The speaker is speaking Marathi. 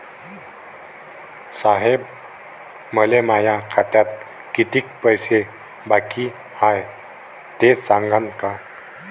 साहेब, मले माया खात्यात कितीक पैसे बाकी हाय, ते सांगान का?